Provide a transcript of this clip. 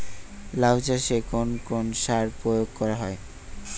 লাউ চাষে কোন কোন সার প্রয়োগ করা হয়?